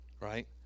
right